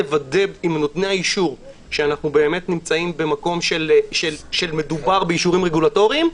לוודא עם נותני האישור שאנחנו נמצאים במקום שמדובר באישורים רגולטוריים,